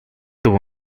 tuvo